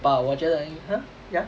but 我觉得应 !huh! yeah